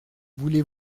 voulez